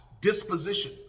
disposition